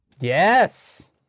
Yes